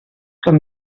com